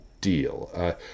deal